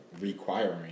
requiring